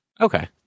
Okay